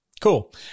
Cool